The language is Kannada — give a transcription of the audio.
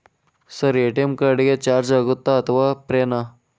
ಸರ್ ಎ.ಟಿ.ಎಂ ಕಾರ್ಡ್ ಗೆ ಚಾರ್ಜು ಆಗುತ್ತಾ ಅಥವಾ ಫ್ರೇ ನಾ?